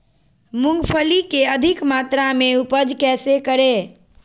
मूंगफली के अधिक मात्रा मे उपज कैसे करें?